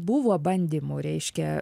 buvo bandymų reiškia